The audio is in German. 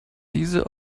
diese